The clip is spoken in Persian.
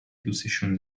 دوسشون